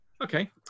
okay